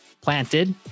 planted